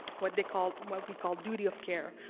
what they call what we call duty of care.